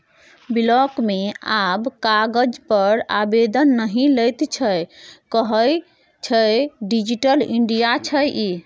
block मे आब कागज पर आवेदन नहि लैत छै कहय छै डिजिटल इंडिया छियै ई